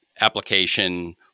application